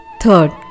Third